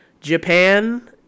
Japan